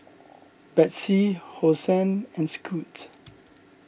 Betsy Hosen and Scoot